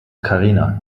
karina